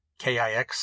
KIX